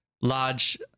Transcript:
large